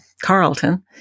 Carlton